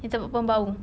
you tengok apa bau